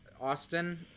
austin